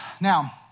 Now